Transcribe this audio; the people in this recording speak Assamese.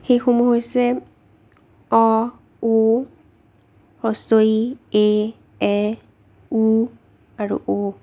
সেইসমূহ হৈছে অ ও ই এ এ উ আৰু ঔ